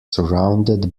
surrounded